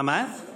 חברי הכנסת, אנחנו